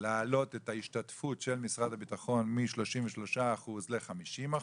להעלות את ההשתתפות של משרד הביטחון מ-33% ל-50%,